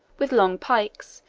with long pikes,